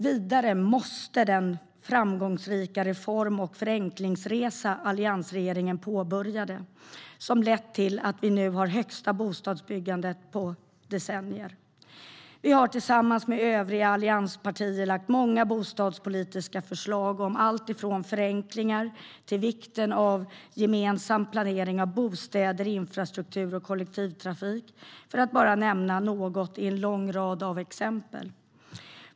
Vidare måste den framgångsrika reform och förenklingsresa som alliansregeringen påbörjade - som har lett till att vi nu har det högsta bostadsbyggandet på decennier - fortsätta. Vi har tillsammans med övriga allianspartier lagt många bostadspolitiska förslag om allt från förenklingar till vikten av gemensam planering av bostäder, infrastruktur och kollektivtrafik, för att bara nämna något i en lång rad av exempel.